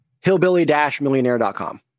hillbilly-millionaire.com